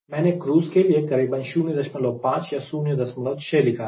मैंने क्रूज़ के लिए करीबन 05 या 06 लिखा है